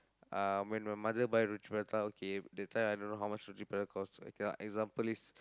uh when my mother buy roti-prata okay that time I don't know how much roti-prata cost okay lah example is